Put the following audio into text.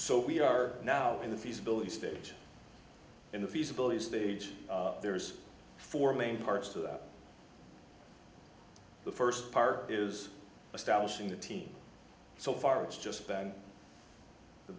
so we are now in the feasibility stage in the feasibility stage there's four main parts to that the first part is establishing the team so far it's just been the